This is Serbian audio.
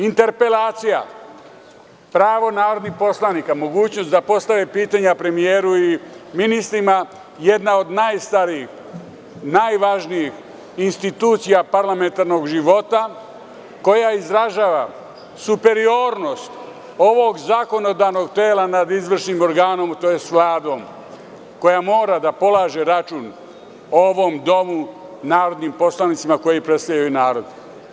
Interpelacija, pravo narodnih poslanika, mogućnost da postave pitanja premijeru i ministrima, jedna od najstarijih, najvažnijih institucija parlamentarnog života, koja izražava superiornost ovog zakonodavnog tela nad izvršnim organom, tj. Vladom, koja mora da polaže račun ovom domu, narodnim poslanicima koji predstavljaju narod.